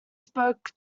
spoke